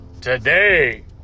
today